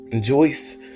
Joyce